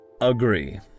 Agree